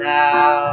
now